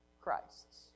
Christ's